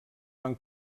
van